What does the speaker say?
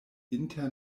inter